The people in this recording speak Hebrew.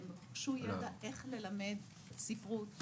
הם רכשו ידע איך ללמד ספרות,